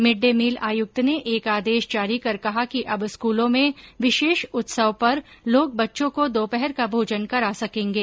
mid day meal आयुक्त ने एक आदेश जारी कर कहा कि अब स्कूलों में विशेष उत्सव पर लोग बच्चों को दोपहर का भोजन करा सकेंगे